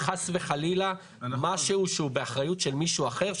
חס וחלילה משהו שהוא באחריות של מישהו אחר,